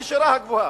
הנשירה הגבוהה,